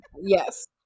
Yes